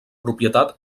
propietat